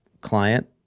client